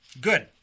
good